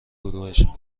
گروهایشان